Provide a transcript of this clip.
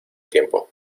tiempo